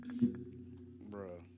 bro